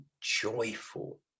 joyful